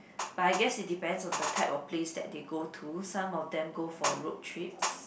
but I guess it depends on the type of place that they go to some of them go for road trips